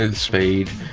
and speed.